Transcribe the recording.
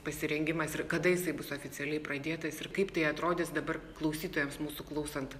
pasirengimas ir kada jisai bus oficialiai pradėtas ir kaip tai atrodys dabar klausytojams mūsų klausant